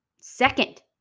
Second